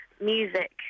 music